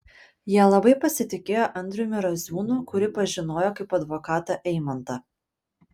jie labai pasitikėjo andriumi raziūnu kurį pažinojo kaip advokatą eimantą